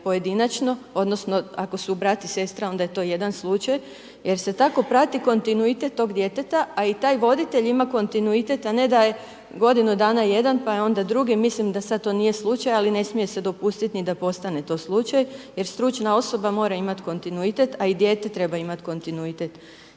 pojedinačno odnosno ako su brat i sestra, onda je to jedan slučaj jer se tako prati kontinuitet tog djeteta a i taj voditelj ima kontinuitet a ne da je godinu dana jedna pa je onda drugi, mislim da sad to nije slučaj, ali ne smije se dopustiti ni da postane to slučaj jer stručna osoba mora imati kontinuitet a i dijete treba imati kontinuitet.